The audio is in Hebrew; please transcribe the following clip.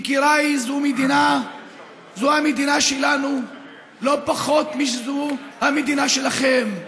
יקיריי, זו המדינה שלנו לא פחות משזו המדינה שלכם.